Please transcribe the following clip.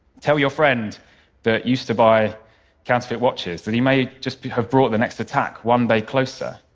tell your friend that used to buy counterfeit watches that he may just have brought the next attack one day closer.